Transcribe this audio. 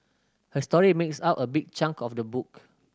her story makes up a big chunk of the book